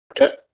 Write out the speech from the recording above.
Okay